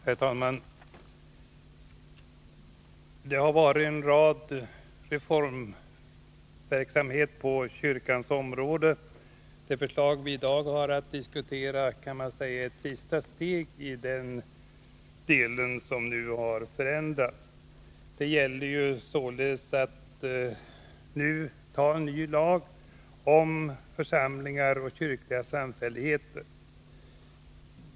Herr talman! Det har skett en rad reformer på kyrkans område. Det förslag vi i dag har att diskutera är ett sista steg i den del som nu har förändrats. Det gäller således att nu anta en ny lag om församlingar och kyrkliga samfälligheter.